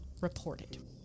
reported